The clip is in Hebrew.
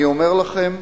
אני אומר לכם,